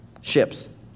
Ships